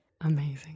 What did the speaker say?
Amazing